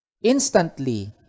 instantly